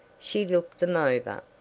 she looked them over,